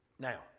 Now